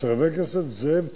שחבר הכנסת זאב צודק,